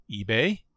eBay